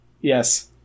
Yes